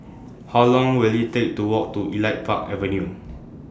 How Long Will IT Take to Walk to Elite Park Avenue